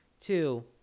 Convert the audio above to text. Two